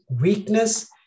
weakness